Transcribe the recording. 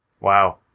Wow